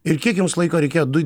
ir kiek jums laiko reikėjo du